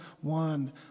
one